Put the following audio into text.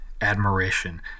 admiration